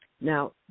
Now